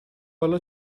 حالا